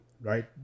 right